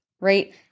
right